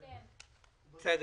בסדר.